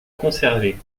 conserver